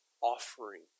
offering